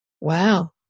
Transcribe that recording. Wow